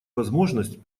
возможность